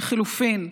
לחלופין.